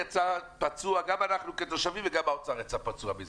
גם אנחנו התושבים וגם האוצר יצאנו פצועים מזה.